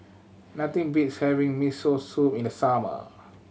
nothing beats having Miso Soup in the summer